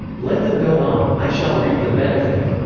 let them go on i shall reap the benefit.